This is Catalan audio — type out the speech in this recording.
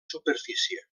superfície